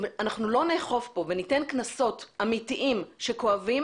אם אנחנו לא נאכוף פה וניתן קנסות אמיתיים שכואבים,